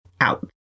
out